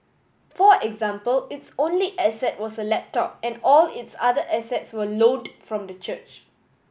for example its only asset was a laptop and all its other assets were loaned from the church